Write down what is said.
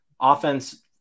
Offense